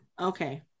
Okay